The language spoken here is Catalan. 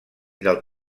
del